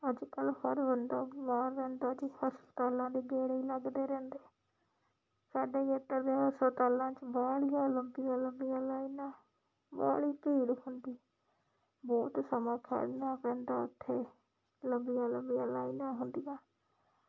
ਅੱਜ ਕੱਲ ਹਰ ਬੰਦਾ ਬਿਮਾਰ ਰਹਿੰਦਾ ਜੀ ਹਸਪਤਾਲਾਂ ਦੇ ਗੇੜੇ ਲੱਗਦੇ ਰਹਿੰਦੇ ਸਾਡੇ ਇੱਧਰ ਦੇ ਹਸਪਤਾਲਾਂ 'ਚ ਬਾਹਲੀਆਂ ਲੰਬੀਆਂ ਲੰਬੀਆਂ ਲਾਈਨਾਂ ਬਾਹਲੀ ਭੀੜ ਹੁੰਦੀ ਬਹੁਤ ਸਮਾਂ ਖੜ੍ਹਨਾ ਪੈਂਦਾ ਉੱਥੇ ਲੰਬੀਆਂ ਲੰਬੀਆਂ ਲਾਈਨਾਂ ਹੁੰਦੀਆਂ